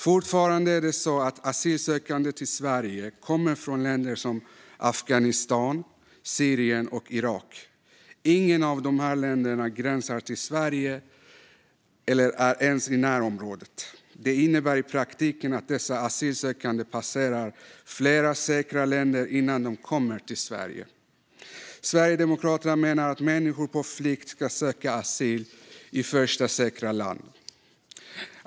Fortfarande är det så att asylsökande kommer till Sverige från länder som Afghanistan, Syrien och Irak. Inget av dessa länder gränsar till Sverige eller är ens i närområdet. Det innebär i praktiken att dessa asylsökande passerar flera säkra länder innan de kommer till Sverige. Sverigedemokraterna menar att människor på flykt ska söka asyl i första säkra land.